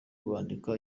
bandika